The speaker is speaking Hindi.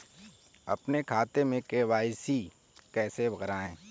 अपने खाते में के.वाई.सी कैसे कराएँ?